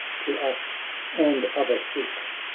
to us and other six,